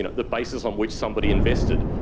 and the basis on which somebody invested,